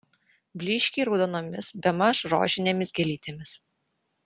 blyškiai raudonomis bemaž rožinėmis gėlytėmis